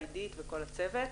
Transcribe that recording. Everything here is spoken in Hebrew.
עידית וכל הצוות.